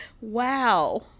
Wow